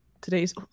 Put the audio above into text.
today's